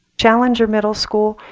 challenger middle school,